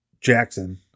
Jackson